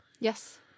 Yes